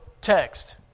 text